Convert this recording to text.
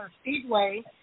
Speedway